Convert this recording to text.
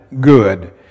good